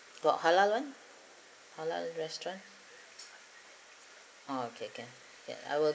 got halal one halal restaurant okay can I will